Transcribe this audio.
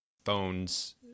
Phones